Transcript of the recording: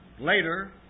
Later